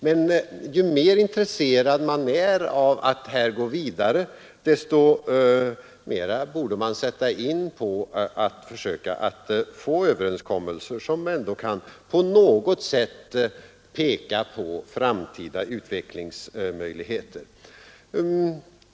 Men ju mer intresserad man är av att gå vidare här desto mera borde man satsa på att försöka få överenskommelser som på något sätt kan peka på framtida utvecklingsmöjligheter.